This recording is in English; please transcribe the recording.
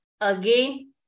Again